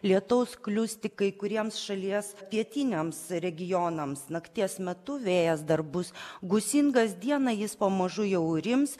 lietaus klius tik kai kuriems šalies pietiniams regionams nakties metu vėjas dar bus gūsingas dieną jis pamažu jau rims